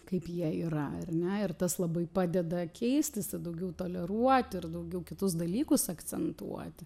kaip jie yra ar ne ir tas labai padeda keistis ta daugiau toleruoti ir daugiau kitus dalykus akcentuoti